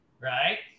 right